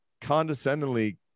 condescendingly